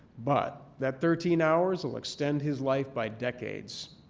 but that thirteen hours will extend his life by decades.